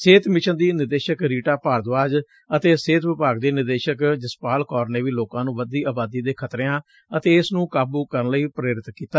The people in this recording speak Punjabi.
ਸਿਹਤ ਮਿਸ਼ਨ ਦੀ ਨਿਦੇਸ਼ਕ ਰੀਟਾ ਭਾਰਦਵਾਜ ਅਤੇ ਸਿਹਤ ਵਿਭਾਗ ਦੀ ਨਿਦੇਸ਼ਕ ਜਸਪਾਲ ਕੌਰ ਨੇ ਵੀ ਲੋਕਾਂ ਨੂੰ ਵਧਦੀ ਆਬਾਦੀ ਦੇ ਖਤਰਿਆਂ ਅਤੇ ਇਸ ਨੂੰ ਕਾਬੁ ਕਰਨ ਬਾਰੇ ਪੇਰਿਤ ਕੀਤਾ